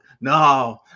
no